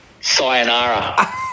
sayonara